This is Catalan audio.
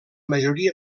majoria